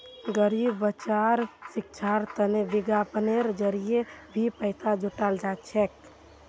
गरीब बच्चार शिक्षार तने विज्ञापनेर जरिये भी पैसा जुटाल जा छेक